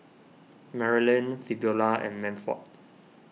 Marylin Fabiola and Manford